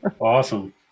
Awesome